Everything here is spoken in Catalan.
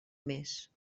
mes